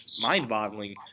mind-boggling